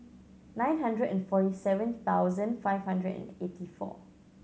nine hundred and forty seven thousand five hundred and eighty four